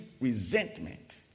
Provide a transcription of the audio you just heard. resentment